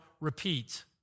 repeat